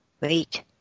wait